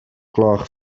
gloch